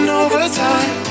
overtime